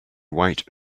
white